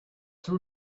two